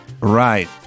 Right